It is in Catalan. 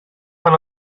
fan